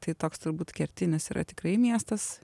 tai toks turbūt kertinis yra tikrai miestas